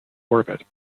orbit